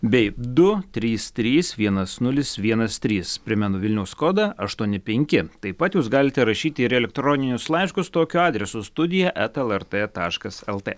bei du trys trys vienas nulis vienas trys primenu vilniaus kodą aštuoni penki taip pat jūs galite rašyti ir elektroninius laiškus tokiu adresu studija eta lrt taškas lt